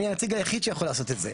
אני הנציג היחיד שיכול לעשות את זה.